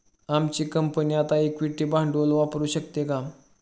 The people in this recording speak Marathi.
आमची कंपनी आता इक्विटी भांडवल वापरू शकते का?